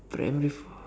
primary four